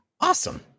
Awesome